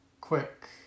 quick